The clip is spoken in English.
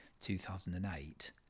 2008